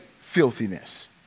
filthiness